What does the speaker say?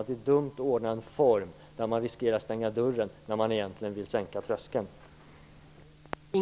Det vore dumt att ordna en form där man riskerar att stänga dörren när man egentligen vill sänka tröskeln.